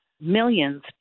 millions